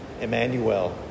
Emmanuel